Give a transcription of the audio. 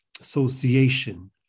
association